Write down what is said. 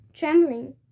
Trembling